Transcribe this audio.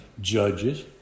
Judges